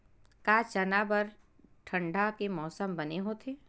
का चना बर ठंडा के मौसम बने होथे?